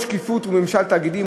שקיפות וממשל תאגידי,